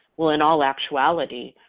well in all actuality,